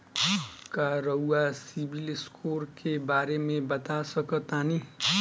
का रउआ सिबिल स्कोर के बारे में बता सकतानी?